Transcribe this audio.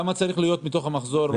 כמה צריך להיות מתוך המחזור ?